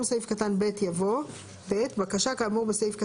IAF) כמוסמך לתת